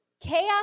chaos